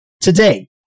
Today